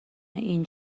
این